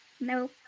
No